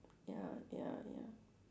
ya ya ya